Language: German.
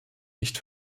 nicht